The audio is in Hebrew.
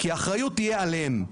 כי האחריות תהיה עליהם,